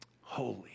holy